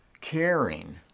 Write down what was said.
caring